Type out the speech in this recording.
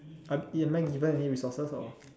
I am I given any resources or